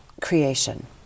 creation